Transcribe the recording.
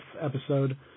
episode